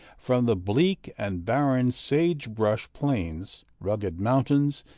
from the bleak and barren sage-brush plains, rugged mountains,